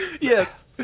Yes